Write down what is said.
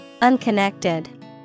Unconnected